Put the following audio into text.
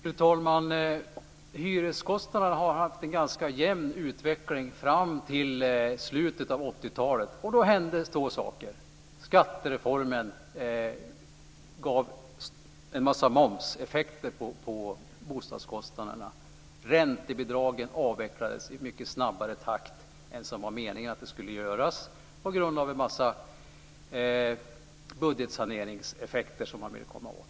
Fru talman! Hyreskostnaderna har haft en ganska jämn utveckling fram till slutet av 80-talet. Då hände två saker. Skattereformen gav en massa momseffekter på bostadskostnaderna och räntebidragen avvecklades i mycket snabbare takt än vad som var meningen på grund av en massa budgetsaneringseffekter som man vill uppnå.